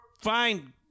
fine